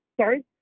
Sorry